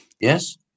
Yes